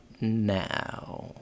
now